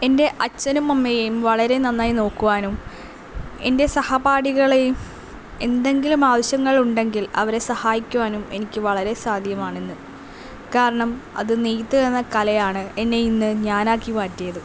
എൻ്റെ അച്ഛനും അമ്മയെയും വളരെ നന്നായി നോക്കുവാനും എൻ്റെ സഹപാഠികളെയും എന്തെങ്കിലും ആവശ്യങ്ങളുണ്ടെങ്കിൽ അവരെ സഹായിക്കുവാനും എനിക്ക് വളരെ സാധ്യമാണ് ഇന്ന് കാരണം അത് നെയ്ത്തു എന്ന കലയാണ് എന്നെ ഇന്ന് ഞാൻ ആക്കി മാറ്റിയത്